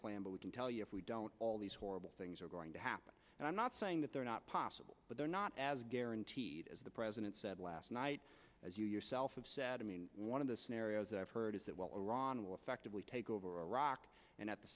plan but we can tell you if we don't all these horrible things are going to happen and i'm not saying that they're not possible but they're not as guaranteed as the president said last night as you yourself have said i mean one of the scenarios i've heard is that well iran will effectively take over iraq and at the